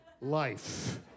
life